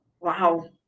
wow